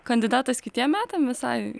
kandidatas kitiem metam visai